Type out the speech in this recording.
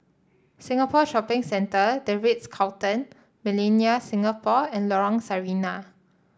Singapore Shopping Centre The Ritz Carlton Millenia Singapore and Lorong Sarina